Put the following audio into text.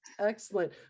Excellent